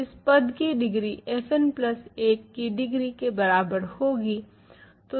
इस पद की डिग्री fn प्लस 1 की डिग्री के बराबर होगी